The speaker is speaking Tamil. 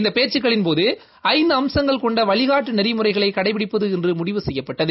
இந்த பேச்சக்களின்போது ஐந்து அம்சங்கள் கொண்ட வழிகாட்டு நெறிமுறைகளை கடைபிடிப்பது என்று முடிவு செய்யப்பட்டது